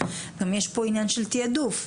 גם יש פה עניין של תעדוף.